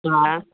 हा